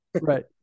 right